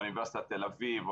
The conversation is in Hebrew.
אוניברסיטת תל אביב,